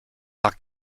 par